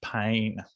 pain